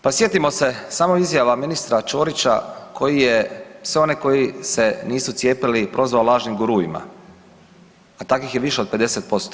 Pa sjetimo se samo izjava ministra Ćorića koji je sve one koji se nisu cijepili prozvao lažnim guruima, a takvih je više od 50%